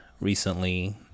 recently